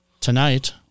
tonight